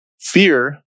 Fear